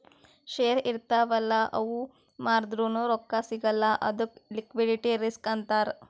share ಇರ್ತಾವ್ ಅಲ್ಲ ಅವು ಮಾರ್ದುರ್ನು ರೊಕ್ಕಾ ಸಿಗಲ್ಲ ಅದ್ದುಕ್ ಲಿಕ್ವಿಡಿಟಿ ರಿಸ್ಕ್ ಅಂತಾರ್